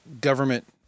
government